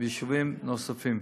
וביישובים נוספים.